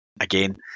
again